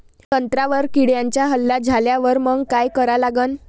संत्र्यावर किड्यांचा हल्ला झाल्यावर मंग काय करा लागन?